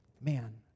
Man